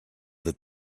that